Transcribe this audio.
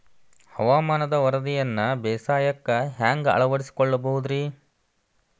ಹವಾಮಾನದ ವರದಿಯನ್ನ ಬೇಸಾಯಕ್ಕ ಹ್ಯಾಂಗ ಅಳವಡಿಸಿಕೊಳ್ಳಬಹುದು ರೇ?